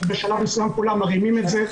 ובשלב מסוים כולם מרימים את זה,